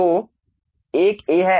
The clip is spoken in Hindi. तो एक A है